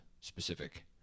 specific